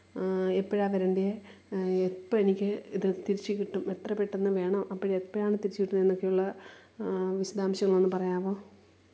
എപ്പോഴാണു വരണ്ടിയെ എപ്പോള് എനിക്ക് ഇത് തിരിച്ച് കിട്ടും എത്ര പെട്ടെന്ന് വേണം അപ്പോള് എപ്പോഴാണ് തിരിച്ച് കിട്ടുന്നെന്നൊക്കെയുള്ള വിശദാംശങ്ങളൊന്നു പറയാമോ